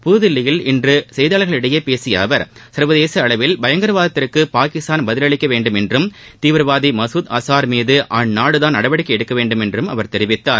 புதுதில்லியில் இன்று செய்தியாளர்களிடம் பேசிய அவர் சர்வதேச அளவில் பயங்கரவாதத்துக்கு பாகிஸ்தான் பதிலளிக்க வேண்டுமென்றும் தீவிரவாதி மசூத் அஸார் மீது அந்நாடுதான் நடவடிக்கை எடுக்க வேண்டுமென்றும் அவர் தெரிவித்தார்